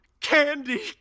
Candy